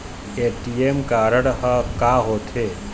ATM card हा का होते?